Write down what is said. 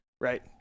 right